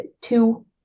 two